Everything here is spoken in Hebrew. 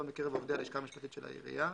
מקרב עובדי הלשכה המשפטית של העירייה,